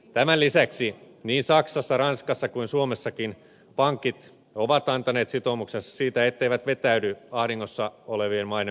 tämän lisäksi niin saksassa ranskassa kuin suomessakin pankit ovat antaneet sitoumuksensa siitä etteivät vetäydy ahdingossa olevien maiden markkinoilta